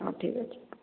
ହେଉ ଠିକ ଅଛି